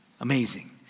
Amazing